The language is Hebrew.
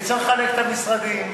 וצריך לחלק את המשרדים,